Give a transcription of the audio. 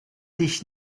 dich